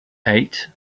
eight